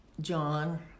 John